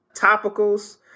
topicals